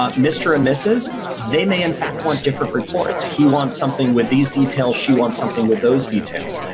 um mister and missis, they may, in fact, want different reports. he wants something with these details. she wants something with those details.